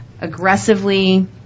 aggressively